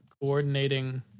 coordinating